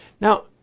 now